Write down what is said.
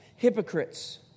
hypocrites